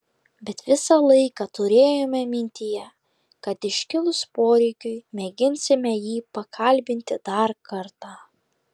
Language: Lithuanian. bet visą laiką turėjome mintyje kad iškilus poreikiui mėginsime jį pakalbinti dar kartą